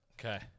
Okay